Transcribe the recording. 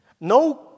No